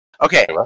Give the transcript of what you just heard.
Okay